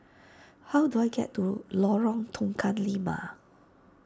how do I get to Lorong Tukang Lima